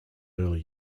early